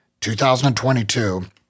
2022